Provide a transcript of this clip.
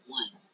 one